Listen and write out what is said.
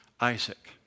Isaac